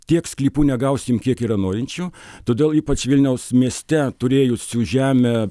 tiek sklypų negausim kiek yra norinčių todėl ypač vilniaus mieste turėjusių žemę